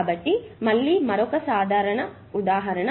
కాబట్టి ఇది మళ్ళీ మరొక సాధారణ ఉదాహరణ